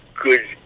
good